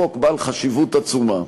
חוק בעל חשיבות עצומה.